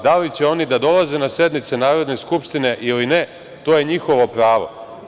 Da li će oni da dolaze na sednice Narodne skupštine ili ne, to je njihovo pravo.